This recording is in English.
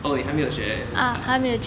oh 你还没有学 ah